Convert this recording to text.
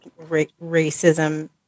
racism